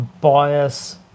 bias